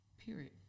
period